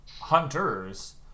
hunters